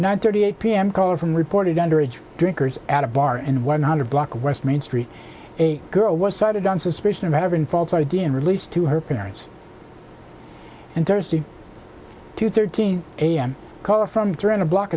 nine thirty eight p m call from reported underage drinkers at a bar and one hundred block of west main street a girl was cited on suspicion of having false id and released to her parents and thursday two thirteen a m caller from duran a block